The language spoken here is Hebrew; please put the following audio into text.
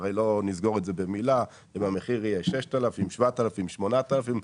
אם הוא יהיה 6,000,7,000,8,000.